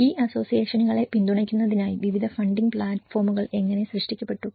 ഈ അസോസിയേഷനുകളെ പിന്തുണയ്ക്കുന്നതിനായി വിവിധ ഫണ്ടിംഗ് പ്ലാറ്റ്ഫോമുകൾ എങ്ങനെ സൃഷ്ടിക്കപ്പെട്ടു